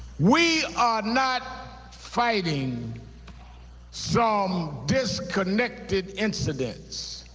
we are not fighting some disconnected incidents.